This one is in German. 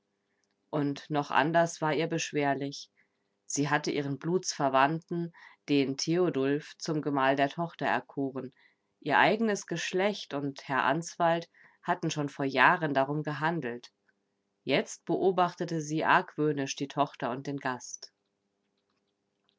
und noch anderes war ihr beschwerlich sie hatte ihren blutsverwandten den theodulf zum gemahl der tochter erkoren ihr eigenes geschlecht und herr answald hatten schon vor jahren darum gehandelt jetzt beobachtete sie argwöhnisch die tochter und den gast